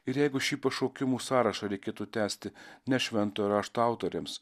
ir jeigu šį pašaukimų sąrašą reikėtų tęsti ne šventojo rašto autoriams